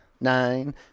nine